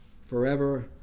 forever